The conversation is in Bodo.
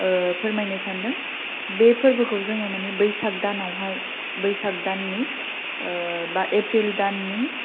ओ फोरमाइनो सान्दों बे फोरबोखौ जों माने बैसाग दानावहाय बैसाग दाननि ओ बा एप्रिल दाननि